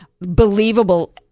believable